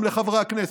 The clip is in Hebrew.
גם לחברי הכנסת,